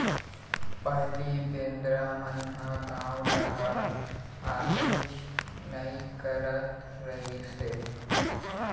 पहिली बेंदरा मन ह गाँव डहर आबेच नइ करत रहिस हे